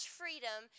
freedom